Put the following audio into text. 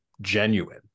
genuine